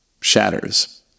shatters